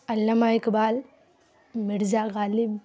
Allama Iqbal Mirza Ghalib